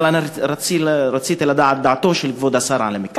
אבל רציתי לדעת את דעתו של כבוד השר על המקרה הזה.